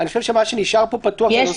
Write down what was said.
אני חושב שמה שנשאר פה פתוח זה נושא --- יש